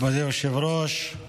מכובדי היושב-ראש,